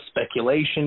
speculation